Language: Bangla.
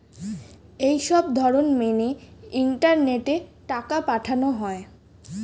এই সবধরণ মেনে ইন্টারনেটে টাকা পাঠানো হয়